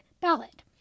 ballot